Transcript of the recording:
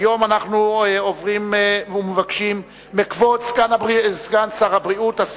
היום אנחנו עוברים ומבקשים מכבוד סגן שר הבריאות,